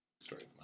Story